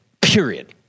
period